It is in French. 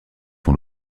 font